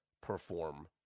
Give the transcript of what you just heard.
perform